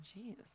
Jeez